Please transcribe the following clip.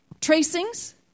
tracings